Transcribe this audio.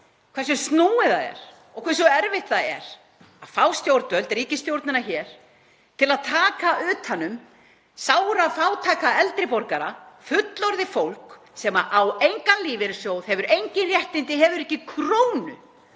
hversu snúið það er og hversu erfitt það er að fá stjórnvöld, ríkisstjórnina, til að taka utan um sárafátæka eldri borgara, fullorðið fólk sem á engan lífeyrissjóð, hefur engin réttindi, hefur ekki krónu